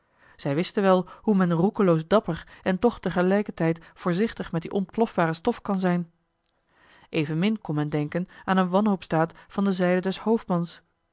zij wisten wel hoe men roekeloos dapper en toch tegelijkertijd voorzichtig met die ontplofbare stof kan zijn evenmin kon men denken aan een wanhoopsdaad van de zijde des hoofdmans